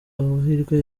amahirwe